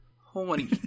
horny